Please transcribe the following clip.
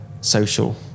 social